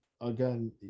again